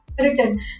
Written